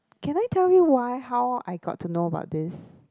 can I tell you why how I got to know about this